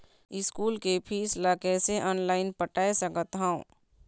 School के fees ला कैसे ऑनलाइन पटाए सकत हव?